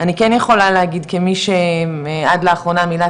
אני כן יכולה להגיד כמי שעד לאחרונה מילאה